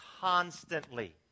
constantly